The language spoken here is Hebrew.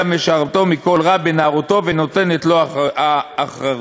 אלא משמרתו מכל רע בנערותו ונותנת לו אחרית.